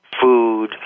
food